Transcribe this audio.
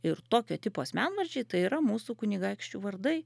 ir tokio tipo asmenvardžiai tai yra mūsų kunigaikščių vardai